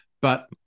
but-